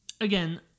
Again